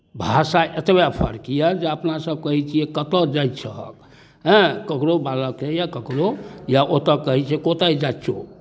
भाषा एतबे फर्क यए जे अपनासभ कहै छियै कतय जाइ छहक एँ ककरो बालककेँ या ककरो इएह ओतय कहै छै कोथाइ जाछियो